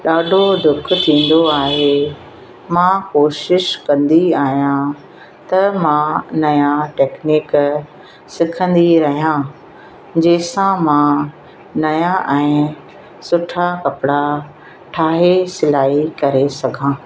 ॾाढो दुख थींदो आहे मां कोशिश कंदी आहियां त मां नया तकनीक सिखंदी रहां जेसां मां नयां ऐं सुठा कपिड़ा ठाहे सिलाई करे सघां